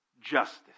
justice